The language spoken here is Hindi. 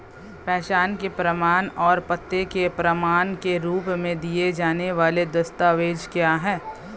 पहचान के प्रमाण और पते के प्रमाण के रूप में दिए जाने वाले दस्तावेज क्या हैं?